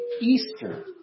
Easter